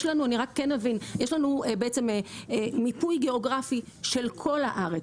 יש לנו בעצם מיפוי גיאוגרפי של כל הארץ,